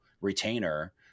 retainer